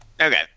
Okay